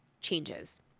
changes